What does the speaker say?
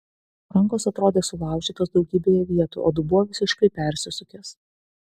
rankos atrodė sulaužytos daugybėje vietų o dubuo visiškai persisukęs